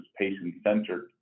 patient-centered